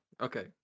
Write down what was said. okay